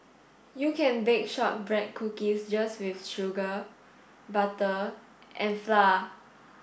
you can bake shortbread cookies just with sugar butter and flour